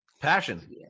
passion